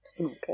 Okay